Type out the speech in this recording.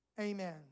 Amen